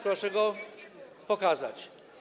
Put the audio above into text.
Proszę go pokazać.